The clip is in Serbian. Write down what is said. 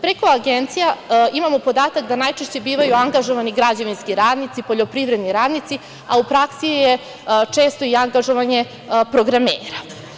Preko agencija imamo podatak da najčešće bivaju angažovani građevinski radnici, poljoprivredni radnici, a u praksi je često i angažovanje programera.